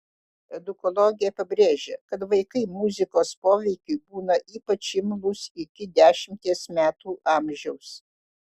edukologė pabrėžia kad vaikai muzikos poveikiui būna ypač imlūs iki dešimties metų amžiaus